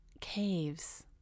caves